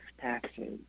taxes